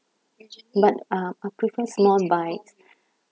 but uh I prefer small bites